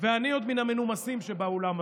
ואני עוד מן המנומסים שבאולם הזה.